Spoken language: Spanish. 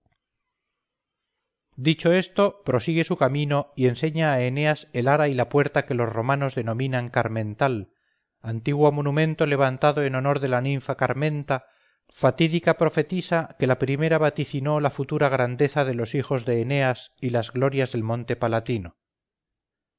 dicho esto prosigue su camino y enseña a eneas el ara y la puerta que los romanos denominan carmental antiguo monumento levantado en honor de la ninfa carmenta fatídica profetisa que la primera vaticinó la futura grandeza de los hijos de eneas y las glorias del monte palatino